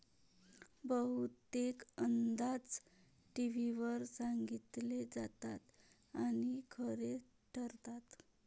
बहुतेक अंदाज टीव्हीवर सांगितले जातात आणि खरे ठरतात